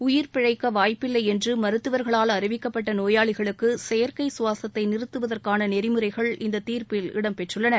உயிர் பிழைக்க வாய்ப்பில்லை என்று மருத்துவர்களால் அறிவிக்கப்பட்ட நோயாளிகளுக்கு செயற்கை சுவாசத்தை நிறுத்துவதற்கான நெறிமுறைகள் இந்த தீர்ப்பில் இடம் பெற்றுள்ளன